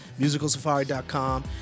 MusicalSafari.com